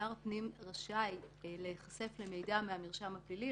שר הפנים רשאי להיחשף למידע מהמרשם הפלילי,